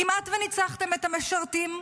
כמעט וניצחתם את המשרתים,